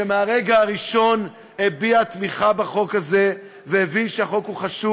שמהרגע הראשון הביע תמיכה בחוק הזה והבין שהחוק הוא חשוב.